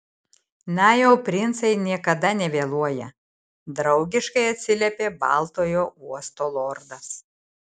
na jau princai niekada nevėluoja draugiškai atsiliepė baltojo uosto lordas